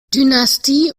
dynastie